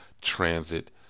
transit